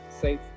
safe